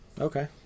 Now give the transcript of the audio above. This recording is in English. okay